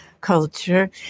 culture